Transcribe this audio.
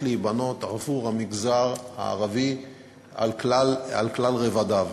להיבנות עבור המגזר הערבי על כלל רבדיו.